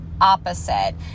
opposite